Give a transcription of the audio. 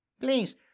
Please